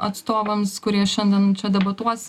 atstovams kurie šiandien čia debatuos